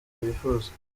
bifuza